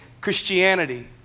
Christianity